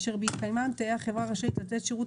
אשר בהתקיימם תהא החברה רשאית לתת שירות